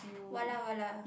Wala wala